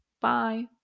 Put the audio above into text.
bye